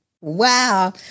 Wow